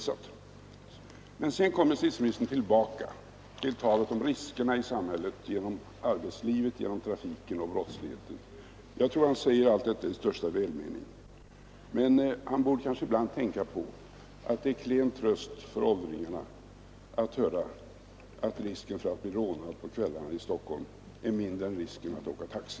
Men sedan kom justitieministern tillbaka till talet om riskerna i samhället genom arbetslivet, genom trafiken och genom brottsligheten. Jag tror att han säger allt detta i största välmening, men han borde kanske ibland tänka på att det är en klen tröst för åldringarna att höra att risken för att bli rånad på kvällarna i Stockholm är mindre än risken att åka taxi.